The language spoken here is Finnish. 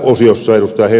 tässä osiossa ed